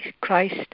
Christ